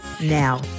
now